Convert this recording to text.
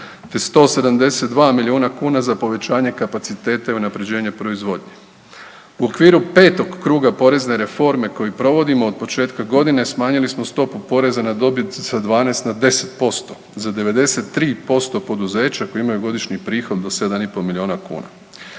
te 172 milijuna kuna za povećanje kapaciteta i unaprjeđenje proizvodnje. U okviru 5. kruga porezne reforme koji provodimo od početka godine, smanjili smo stopu poreza na dobit sa 12 na 10%, za 93% poduzeća koji imaju godišnji prihod do 7,5 milijuna kuna.